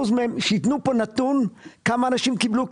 שייתנו פה נתון כמה אנשים קיבלו כסף.